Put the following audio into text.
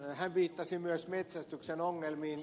hän viittasi myös metsästyksen ongelmiin